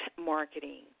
marketing